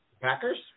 Packers